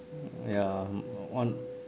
ya want